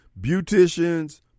beauticians